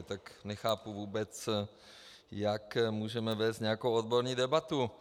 Tak nechápu vůbec, jak můžeme vést nějakou odbornou debatu.